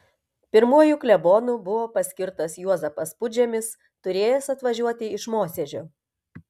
pirmuoju klebonu buvo paskirtas juozapas pudžemis turėjęs atvažiuoti iš mosėdžio